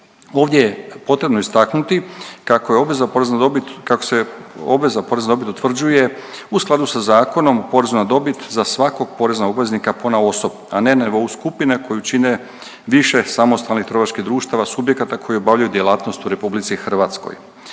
obveza porez na dobit, kako se obveza poreza na dobit utvrđuje u skladu sa Zakonom o porezu na dobit za svakog poreznog obveznika ponaosob, a ne nego u skupine koju čine više samostalnih trgovačkih društava, subjekata koji obavljaju djelatnost u RH.